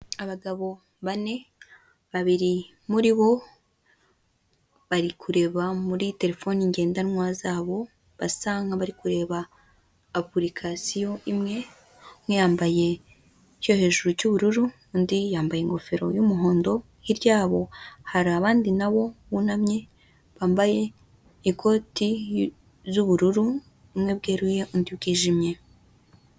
Abagabo bane babiri muri bo bari kureba muri terefone ngendanwa zabo basa nk'abari kureba apurikasiyo imwe, umwe yambaye icyo hejuru cy'ubururu undi yambaye ingofero y'umuhondo hirya yabo hari abandi nabo bunamye bambaye ikoti ry'ubururu umwe bweruye undi bwijimye.